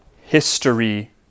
history